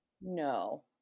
No